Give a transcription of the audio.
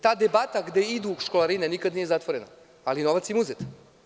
Ta debata gde idu školarine, nikad nije zatvorena, ali novac im je uzet.